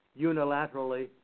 unilaterally